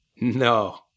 No